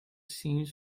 seems